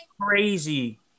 crazy